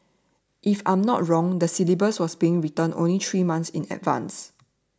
if I'm not wrong the syllabus was being written only three months in advance